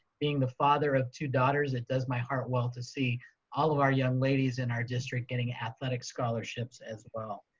being the father of two daughters, it does my heart well to see all of our young ladies in our district getting athletic scholarships as well.